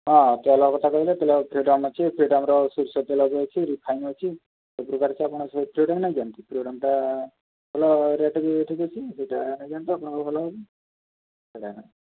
ହଁ ତେଲ କଥା କହିଲେ ତେଲ ଫ୍ରିଡ଼ମ୍ ଅଛି ଫ୍ରିଡ଼ମ୍ର ସୋରିଷ ତେଲ ବି ଅଛି ରିଫାଇନ୍ ଅଛି ସବୁ ପ୍ରକାର ଅଛି ଆପଣ ଫ୍ରିଡ଼ମ୍ ନେଇ ଯାଆନ୍ତୁ ଫ୍ରିଡ଼ମ୍ଟା ଭଲ ରେଟ୍ ବି ଠିକ୍ ଅଛି ସେଇଟା ନେଇ ଯାଆନ୍ତୁ ଆପଣଙ୍କର ଭଲ ହେବ ଆଜ୍ଞା